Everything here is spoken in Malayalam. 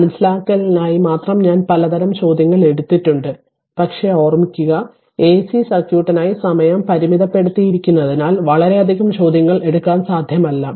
മനസ്സിലാക്കലിനായി മാത്രം ഞാൻ പലതരം ചോദ്യങ്ങൾ എടുത്തിട്ടുണ്ട് പക്ഷേ ഓർമ്മിക്കുക എസി സർക്യൂട്ടിനായി സമയം പരിമിതപ്പെടുത്തിയിരിക്കുന്നതിനാൽ വളരെയധികം ചോദ്യങ്ങൾ എടുക്കാൻ സാധ്യമല്ല